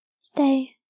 Stay